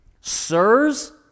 Sirs